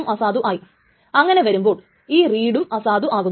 അത് നേരത്തെ ഉണ്ടായതായിരിക്കാം അല്ലെങ്കിൽ T ഒരു ടൈം സ്റ്റാമ്പ് ആയിരിക്കാം